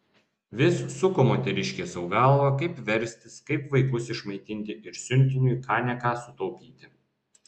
vis suko moteriškė sau galvą kaip verstis kaip vaikus išmaitinti ir siuntiniui ką ne ką sutaupyti